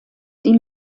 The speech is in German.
die